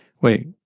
wait